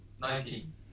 Nineteen